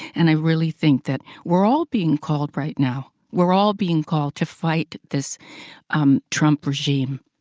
and i really think that we're all being called right now. we're all being called to fight this um trump regime.